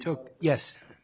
took yes